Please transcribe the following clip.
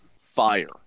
fire